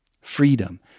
Freedom